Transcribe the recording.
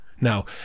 Now